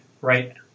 right